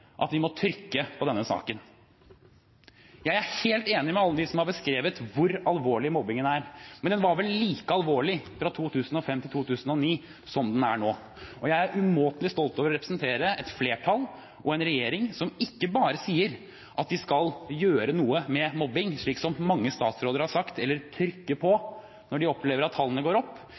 at vi må ha trykk på denne saken? Jeg er helt enig med alle dem som har beskrevet hvor alvorlig mobbingen er, men den var vel like alvorlig fra 2005 til 2009 som den er nå. Jeg er umåtelig stolt over å representere et flertall og en regjering som ikke bare sier at de skal gjøre noe med mobbing, slik som mange statsråder har sagt, eller ha trykk på det når de opplever at tallene går opp,